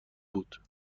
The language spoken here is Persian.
بود